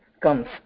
comes